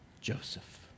Joseph